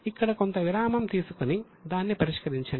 ఇక్కడ కొంత విరామం తీసుకొని దాన్ని పరిష్కరించండి